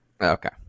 Okay